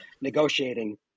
negotiating